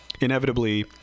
inevitably